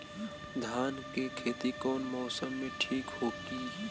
धान के खेती कौना मौसम में ठीक होकी?